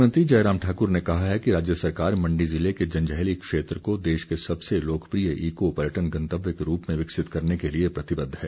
मुख्यमंत्री जयराम ठाकुर ने कहा है कि राज्य सरकार मण्डी ज़िले के जंजैहली क्षेत्र को देश के सबसे लोकप्रिय इको पर्यटन गंतव्य के रूप में विकसित करने के लिए प्रतिबद्ध है